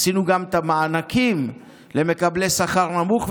עשינו גם מענקים למקבלי שכר נמוך,